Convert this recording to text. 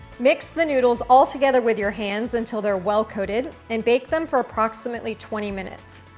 mix the noodles all together with your hands until they're well coated and bake them for approximately twenty minutes.